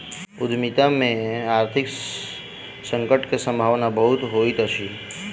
उद्यमिता में आर्थिक संकट के सम्भावना बहुत होइत अछि